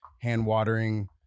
hand-watering